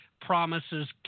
promises